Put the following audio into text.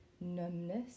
numbness